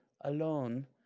alone